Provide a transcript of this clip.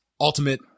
ultimate